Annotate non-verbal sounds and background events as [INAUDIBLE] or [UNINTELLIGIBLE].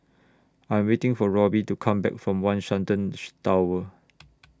I Am waiting For Robbie to Come Back from one Shenton [UNINTELLIGIBLE] Tower